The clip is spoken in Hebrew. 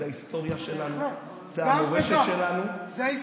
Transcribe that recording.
זו ההיסטוריה שלנו, זו המורשת שלנו.